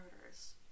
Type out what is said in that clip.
Murders